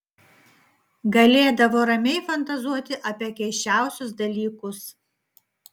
galėdavo ramiai fantazuoti apie keisčiausius dalykus